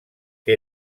que